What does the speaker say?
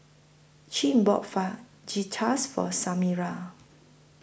Chin bought Fajitas For Samira